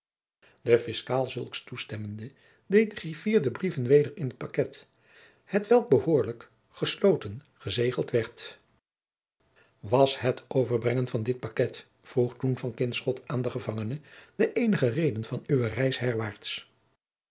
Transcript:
de fiscaal zulks toestemmende deed de griffier de brieven weder in het paket hetwelk behoorlijk gesloten gezegeld werd was het overbrengen van dit paket vroeg toen van kinschot aan den gevangene de eenige reden van uwe